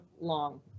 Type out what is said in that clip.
long